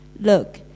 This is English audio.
Look